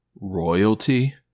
royalty